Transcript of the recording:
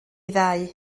ddau